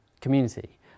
community